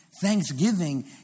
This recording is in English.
Thanksgiving